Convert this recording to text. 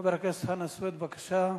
חבר הכנסת חנא סוייד, בבקשה.